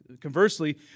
Conversely